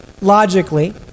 logically